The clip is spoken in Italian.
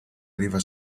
arriva